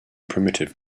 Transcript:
primitive